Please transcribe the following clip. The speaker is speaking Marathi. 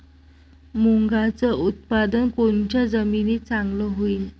मुंगाचं उत्पादन कोनच्या जमीनीत चांगलं होईन?